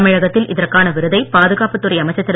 தமிழகத்தில் இதற்கான விருதை பாதுகாப்புத் துறை அமைச்சர் திரு